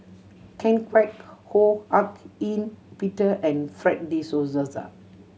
Ken Kwek Ho Hak Ean Peter and Fred De Souza